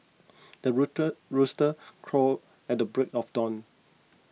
the rooter rooster crow at the break of dawn